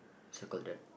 circled that